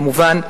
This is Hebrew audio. כמובן,